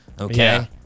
Okay